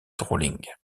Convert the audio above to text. drolling